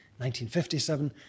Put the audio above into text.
1957